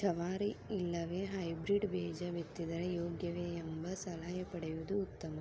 ಜವಾರಿ ಇಲ್ಲವೆ ಹೈಬ್ರೇಡ್ ಬೇಜ ಬಿತ್ತಿದರೆ ಯೋಗ್ಯವೆ? ಎಂಬ ಸಲಹೆ ಪಡೆಯುವುದು ಉತ್ತಮ